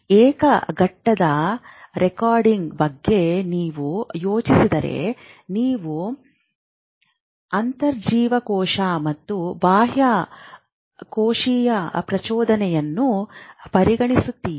ಏಕ ಘಟಕ ರೆಕಾರ್ಡಿಂಗ್ ಬಗ್ಗೆ ನೀವು ಯೋಚಿಸಿದರೆ ನೀವು ಅಂತರ್ಜೀವಕೋಶ ಮತ್ತು ಬಾಹ್ಯಕೋಶೀಯ ಪ್ರಚೋದನೆಯನ್ನು ಪರಿಗಣಿಸುತ್ತೀರಿ